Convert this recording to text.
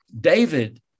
David